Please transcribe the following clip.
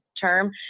term